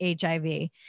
HIV